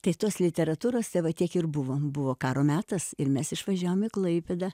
tai tos literatūros te va tiek ir buvom buvo karo metas ir mes išvažiavom į klaipėdą